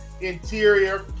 interior